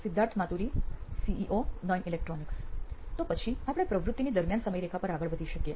Siddharth Maturi CEO નોઇન electronics તો પછી આપણે પ્રવૃત્તિની 'દરમ્યાન' સમયરેખા પર આગળ વધી શકીએ